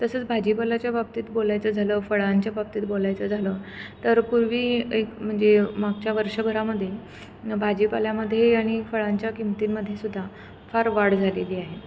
तसंच भाजीपाल्याच्या बाबतीत बोलायचं झालं फळांच्या बाबतीत बोलायचं झालं तर पूर्वी एक म्हणजे मागच्या वर्षभरामध्ये भाजीपाल्यामध्ये आणि फळांच्या किमतींमध्ये सुुद्धा फार वाढ झालेली आहे